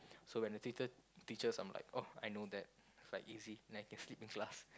so when the teacher teaches I'm like oh I know that is like easy then I can sleep in class